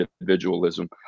individualism